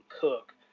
Cook